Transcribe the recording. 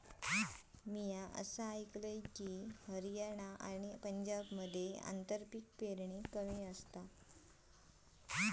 म्या असा आयकलंय की, हरियाणा आणि पंजाबमध्ये आंतरपीक पेरणी कमी आसा